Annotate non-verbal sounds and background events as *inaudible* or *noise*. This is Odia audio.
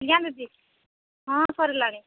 *unintelligible* ହଁ ସରିଲାଣି